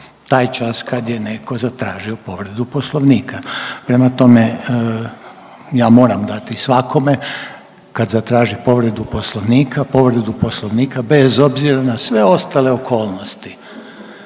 taj čas kad je neko zatražio povredu poslovnika, prema tome ja moram dati svakome kad zatraži povredu poslovnika, povredu poslovnika bez obzira na sve ostale okolnosti